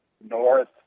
north